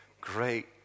great